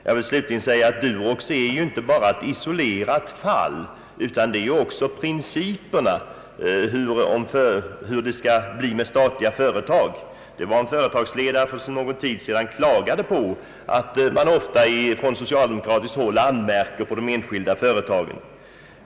Jag vill slutligen säga att Durox inte är ett isolerat fall, utan här gäller det också principerna för behandlingen av statliga företag. För någon tid sedan klagade en företagsledare över att socialdemokraterna ofta anmärker på de enskilda företagen.